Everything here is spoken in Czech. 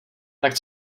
tak